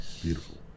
Beautiful